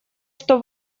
что